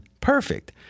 perfect